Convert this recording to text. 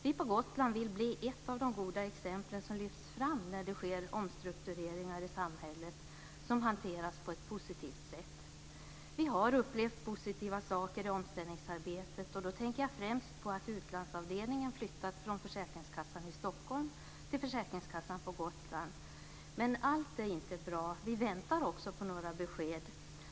Vi på Gotland vill bli ett av de goda exemplen som lyfts fram när det sker omstruktureringar i samhället som hanterats på ett positivt sätt. Vi har upplevt positiva saker i omställningsarbetet, och då tänker jag främst på att utlandsavdelningen flyttat från försäkringskassan i Stockholm till försäkringskassan på Men allt är inte bra. Vi väntar också på några besked.